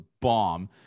bomb